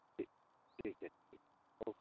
जी ठीक है जी ओके